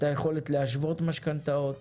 את היכולת להשוות משכנתאות,